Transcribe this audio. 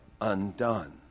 undone